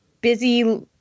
busy